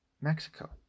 Mexico